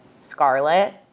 Scarlet